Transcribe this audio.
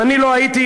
אם אני לא הייתי,